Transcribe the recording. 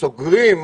סוגרים,